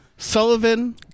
Sullivan